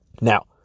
Now